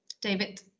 David